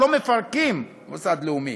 לא מפרקים מוסד לאומי.